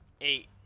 Eight